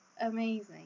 Amazing